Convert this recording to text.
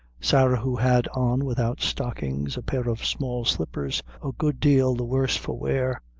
sarah who had on, without stockings, a pair of small slippers, a good deal the worse for wear,